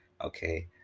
Okay